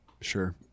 Sure